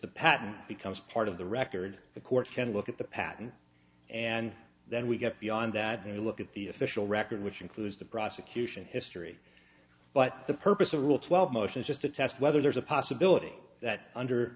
the patent becomes part of the record the court can look at the patent and then we get beyond that there look at the official record which includes the prosecution history but the purpose of rule twelve motion is just to test whether there's a possibility that under